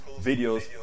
videos